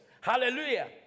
Hallelujah